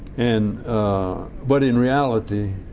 and but in reality